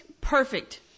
perfect